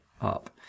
up